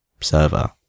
server